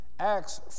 Acts